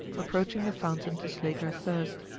approaching the fountain to slake her thirst.